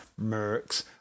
mercs